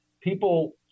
people